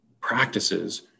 practices